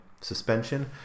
suspension